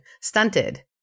stunted